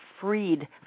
freed